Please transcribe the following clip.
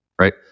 right